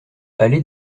allée